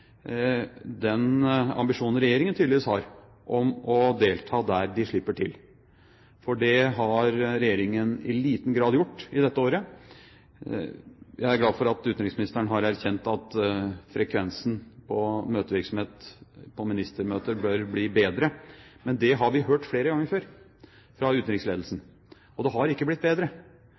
den ambisjonen regjeringen tydeligvis har om å delta der de slipper til. For det har regjeringen i liten grad gjort i dette året. Jeg er glad for at utenriksministeren har erkjent at frekvensen av møtevirksomhet når det gjelder ministermøter, bør bli bedre. Men det har vi hørt flere ganger før fra utenriksledelsen. Det har ikke blitt bedre.